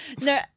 No